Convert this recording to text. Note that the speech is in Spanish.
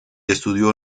estudió